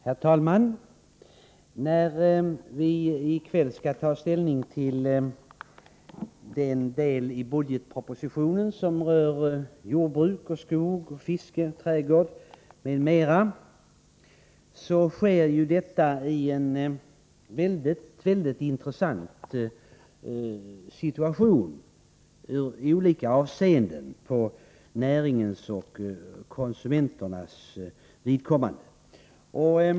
Herr talman! När vi i kväll skall ta ställning till den del av budgetpropositionen som rör jordbruk, skogsbruk, fiske, trädgårdsnäring m.m., så sker detta i en i olika avseenden mycket intressant situation för näringarnas och konsumenternas vidkommande.